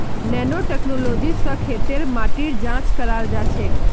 nano technology स खेतेर माटी जांच कराल जाछेक